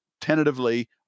tentatively